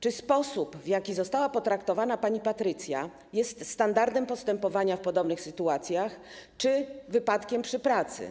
Czy sposób, w jaki została potraktowana pani Patrycja, jest standardem postępowania w podobnych sytuacjach, czy wypadkiem przy pracy?